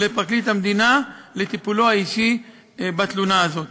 לפרקליט המדינה לטיפולו האישי בתלונה הזאת,